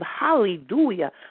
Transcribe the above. hallelujah